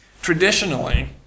Traditionally